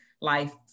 life